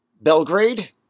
Belgrade